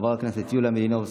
חבר הכנסת יוליה מלינובסקי,